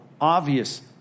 obvious